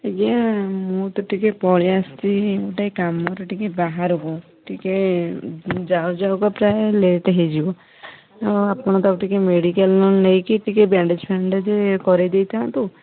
ଆଜ୍ଞା ମୁଁ ତ ଟିକେ ପଳାଇ ଆସିଛି ଗୋଟେ କାମରେ ଟିକେ ବାହରକୁ ଟିକେ ଯାଉ ଯାଉ କା ପ୍ରାୟ ଲେଟ୍ ହେଇଯିବ ଆଉ ଆପଣ ତାକୁ ଟିକେ ମେଡ଼ିକାଲ ନହେଲେ ନେଇକି ଟିକେ ବ୍ୟାଣ୍ଡେଜ ଫ୍ୟାଣ୍ଡେଜେ କରାଇ ଦେଇଥାନ୍ତୁ